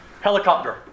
Helicopter